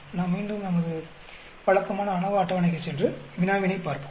நாம் மீண்டும் நமது வழக்கமான அநோவா அட்டவணைக்குச் சென்று வினாவினைப் பார்ப்போம்